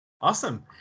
Awesome